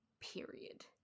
period